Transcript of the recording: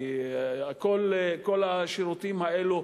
כי כל השירותים האלה,